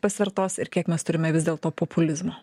pasvertos ir kiek mes turime vis dėlto populizmo